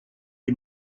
est